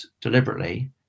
deliberately